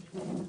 נגד,